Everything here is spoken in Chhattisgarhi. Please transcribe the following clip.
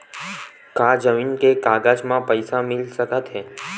का जमीन के कागज म पईसा मिल सकत हे?